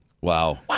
Wow